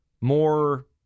more